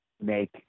make